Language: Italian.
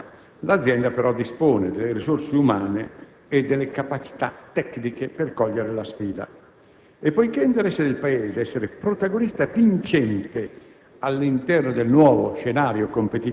Nonostante queste oggettive difficoltà, l'azienda dispone delle risorse umane e delle capacità tecniche per cogliere la sfida e, poiché è interesse del Paese essere protagonista vincente